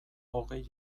hogei